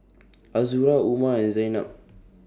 Azura Umar and Zaynab